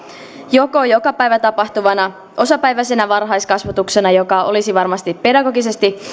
joko joka päivä tapahtuvana osapäiväisenä varhaiskasvatuksena joka olisi varmasti pedagogisesti